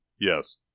yes